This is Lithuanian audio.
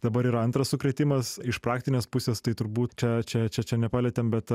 dabar yra antras sukrėtimas iš praktinės pusės tai turbūt čia čia čia čia nepalietėm bet